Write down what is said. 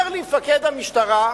אומר לי מפקד המשטרה: